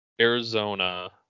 Arizona